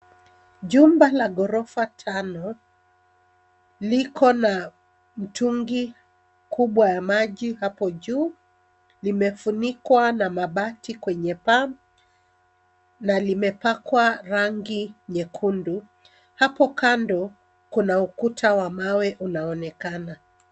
Jumba la ghorofa tano liko na mtungi kubwa ya maji hapo juu limefunikwa na mabati kwenye paa na limepakwa rangi nyekundu. Hapo kando kuna ukuta wa mawe unaonekana.